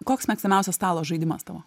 koks mėgstamiausias stalo žaidimas tavo